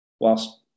whilst